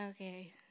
okay